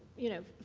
you know,